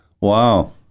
Wow